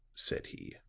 said he,